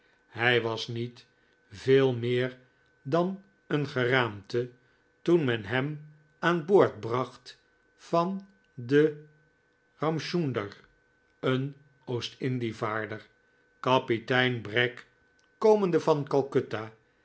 hij was niet veel meer dan een geraamte toen men hem aan boord bracht van den ramchunder een oostindievaarder kapitein bragg komende van